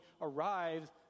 arrives